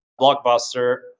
Blockbuster